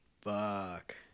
Fuck